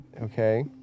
Okay